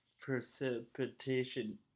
precipitation